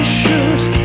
shirt